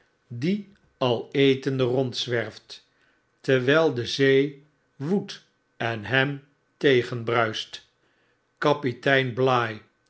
die al etende rondzwerft terwgl de zee woedt en hem tegenbruist kapitein